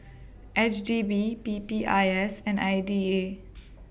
H D B P P I S and I D A